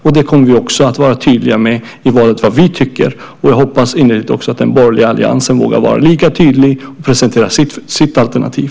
Vi kommer också att vara tydliga inför valet med vad vi tycker. Jag hoppas innerligt att den borgerliga alliansen vågar vara lika tydlig och presentera sitt alternativ.